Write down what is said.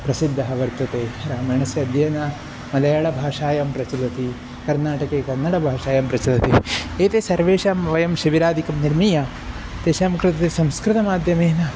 प्रसिद्धः वर्तते रामायणस्य अध्ययनमलयाळभाषायां प्रचलति कर्नाटके कन्नडभाषायां प्रचलति एते सर्वेषां वयं शिबिरादिकं निर्मीय तेषां कृते संस्कृतमाध्यमेन